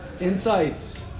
insights